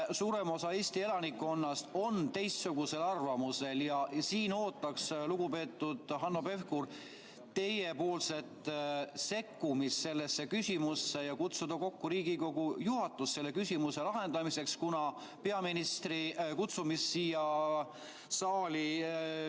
suurem osa Eesti elanikkonnast on teistsugusel arvamusel. Siin ootaks, lugupeetud Hanno Pevkur, teiepoolset sekkumist sellesse küsimusse ja Riigikogu juhatuse kokku kutsumist selle küsimuse lahendamiseks, kuna peaministri kutsumist siia saali